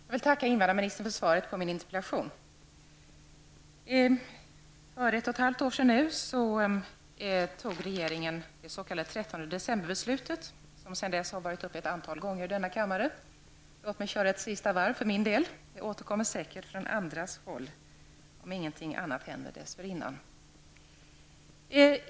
Herr talman! Jag vill tacka invandrarministern för svaret på min interpellation. För ungefär ett och ett halv år sedan fattade regeringen sitt 13 decemberbeslut, som sedan dess har varit uppe till debatt ett antal gånger i denna kammare. Låt mig köra ett sista varv för min del. Frågan kommer säkert att tas upp från andra håll om ingenting händer.